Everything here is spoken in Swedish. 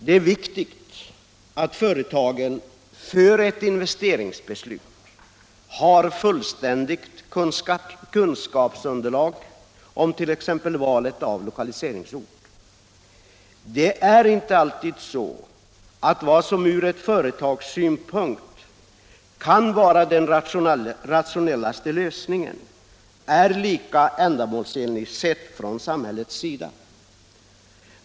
Det är viktigt att ett företag före ett investeringsbeslut har fullständigt kunskapsunderlag t.ex. vid valet av lokaliseringsort. Vad som från ett företags synpunkt kan vara den rationellaste lösningen är inte alltid lika ändamålsenligt sett ur samhällets synvinkel.